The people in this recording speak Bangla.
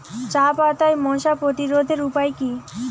চাপাতায় মশা প্রতিরোধের উপায় কি?